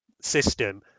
system